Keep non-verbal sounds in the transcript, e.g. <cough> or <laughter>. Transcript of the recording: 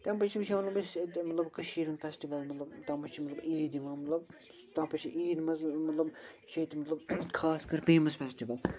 تَمہِ پتہٕ چھِ وُچھان أسۍ أمِس مطلب کٔشیٖرِ ہُنٛد فیسٹٕول مطلب تتھ منٛز چھِ مطلب عیٖد یِوان مطلب تتھ منٛز چھِ عیٖد منٛز مطلب چھِ ییٚتہِ مطلب خاص کر <unintelligible>